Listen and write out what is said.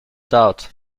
doubt